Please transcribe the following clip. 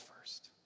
first